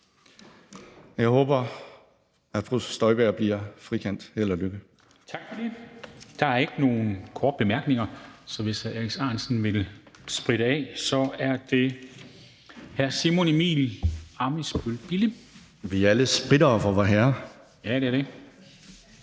jeg håber, at fru Inger Støjberg bliver frikendt, held og lykke.